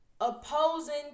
opposing